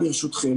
ברשותכם.